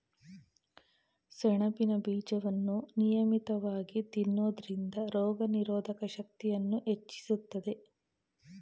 ಸೆಣಬಿನ ಬೀಜವನ್ನು ನಿಯಮಿತವಾಗಿ ತಿನ್ನೋದ್ರಿಂದ ರೋಗನಿರೋಧಕ ಶಕ್ತಿಯನ್ನೂ ಹೆಚ್ಚಿಸ್ತದೆ